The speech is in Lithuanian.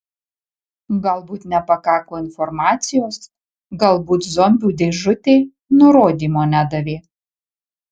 galbūt nepakako informacijos galbūt zombių dėžutė nurodymo nedavė